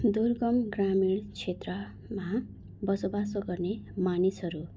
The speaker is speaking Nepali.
दुर्गम ग्रामीण क्षेत्रमा बसोबासो गर्ने मानिसहरू